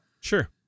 Sure